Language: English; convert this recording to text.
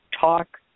talk